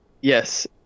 Yes